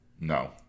No